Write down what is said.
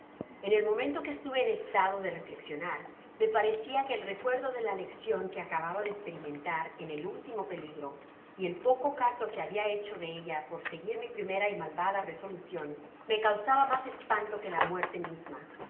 en el momento que estuve en estado de reflexionar me parecia que el recuerdo de la leccion que acababa de esperimentar en el último peligro y el poco caso que habia hecho de ella por seguir mi primera y malvada resolucion me causaba mas espanto que la muerte misma